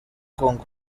congo